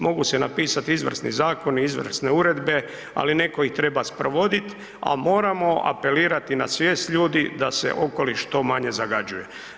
Mogu se napisati izvrsni zakoni, izvrsne uredbe, ali netko ih treba sprovoditi, a moramo apelirati na svijest ljudi da se okoliš što manje zagađuje.